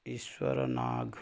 ଈଶ୍ୱର ନାଗ